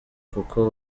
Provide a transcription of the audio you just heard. kuko